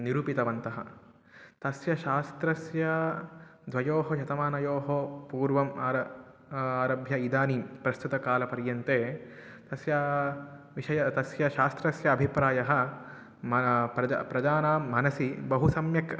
निरूपितवन्तः तस्य शास्त्रस्य द्वयोः शतमानयोः पूर्वम् आर आरभ्य इदानीं प्रस्तुतकालपर्यन्त तस्य विषये तस्य शास्त्रस्य अभिप्रायः मन प्रज प्रजानां मनसि बहु सम्यक्